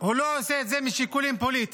הוא לא עושה את זה משיקולים פוליטיים.